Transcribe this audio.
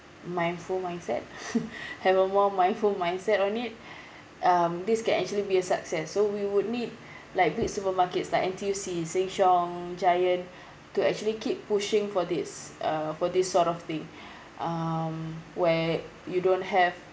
mindful mindset have a more mindful mindset on it um this can actually be a success so we would need like big supermarkets like N_T_U_C sheng-siong giant to actually keep pushing for this uh for this sort of thing um where you don't have